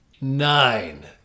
nine